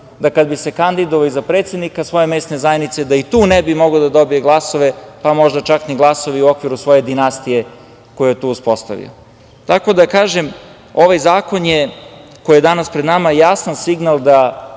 da kada bi se kandidovao i za predsednika svoje mesne zajednice da i tu ne bi mogao da dobije glasove, pa možda čak i glasove u okviru svoje dinastije koju je tu uspostavio. Tako da kažem, ovaj zakon koji je danas pred nama jasan signal da